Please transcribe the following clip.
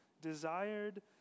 desired